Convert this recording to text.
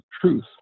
truth